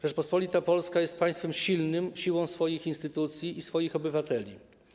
Rzeczpospolita Polska jest państwem silnym siłą swoich instytucji i swoich obywateli.